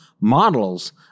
models